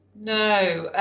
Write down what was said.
No